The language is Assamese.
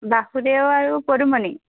বাসুদেউ আৰু পদূমণি